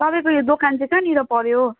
तपाईँको यो दोकान चाहिँ कहाँनिर पऱ्यो